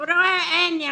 הוא רואה אין ילדה,